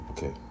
Okay